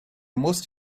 most